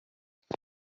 www